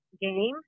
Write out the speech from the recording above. game